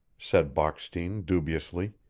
said bockstein dubiously.